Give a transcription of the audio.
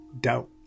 doubt